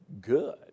good